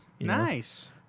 Nice